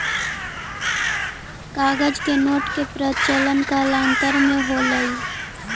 कागज के नोट के प्रचलन कालांतर में होलइ